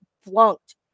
flunked